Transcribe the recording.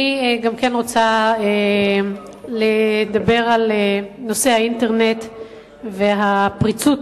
אני רוצה לדבר על נושא האינטרנט והפריצות